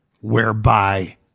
whereby